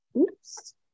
Oops